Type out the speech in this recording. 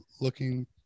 looking